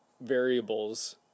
variables